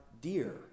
dear